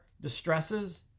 distresses